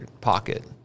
pocket